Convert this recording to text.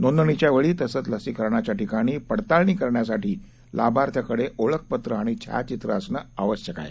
नोंदणीच्यावेळी तसंच लसीकरणाच्या ठिकाणी पडताळणी करण्यासाठी लाभार्थ्याकडे ओळखपत्र आणि छायाचित्र असणं आवश्यक आहे